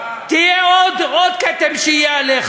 עוד כתם שיהיה עליך.